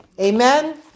Amen